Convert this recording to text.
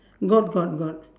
got got got